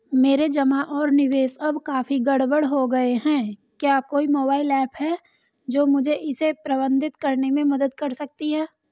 मेरे जमा और निवेश अब काफी गड़बड़ हो गए हैं क्या कोई मोबाइल ऐप है जो मुझे इसे प्रबंधित करने में मदद कर सकती है?